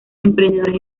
emprendedores